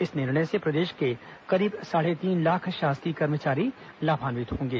इस निर्णय से प्रदेश के करीब साढ़े तीन लाख शासकीय कर्मचारी लाभान्वित होंगे